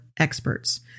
experts